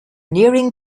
nearing